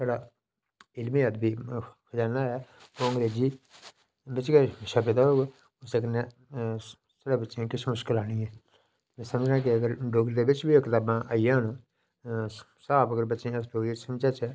जेह्ड़ा साढ़ा इल्मी अरबी ऐ ओह् अंग्रेजी बिच गै छपे दा होऐ ते कन्नै साढ़े बच्चें गी किश मुश्कल औनी ऐ ते समझना अगर डोगरी दे बिच बी कताबां आई जान स्हाब अगर बच्चें गी अस डोगरी च समझाचै